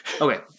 Okay